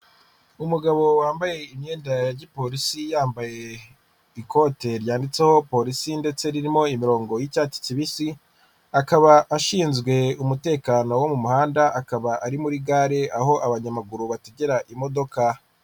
Umugabo wambaye imyenda ya gipolisi, yambaye ikote ryanditseho polisi ndetse ririmo imirongo y'icyatsi kibisi, akaba ashinzwe umutekano wo mu muhanda, akaba ari muri gare aho abanyamaguru bategera imodoka.